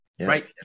right